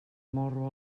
morro